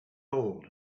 old